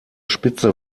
spitze